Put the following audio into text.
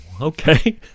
okay